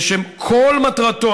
שכל מטרתו,